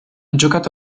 giocato